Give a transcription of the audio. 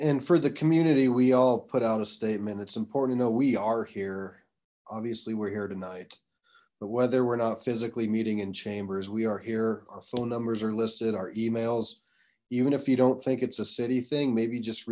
and for the community we all put out a statement it's important to know we are here obviously we're here tonight but whether we're not physically meeting in chambers we are here our phone numbers are listed our emails even if you don't think it's a city thing maybe just